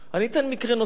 אני אתן מקרה נוסף.